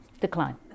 decline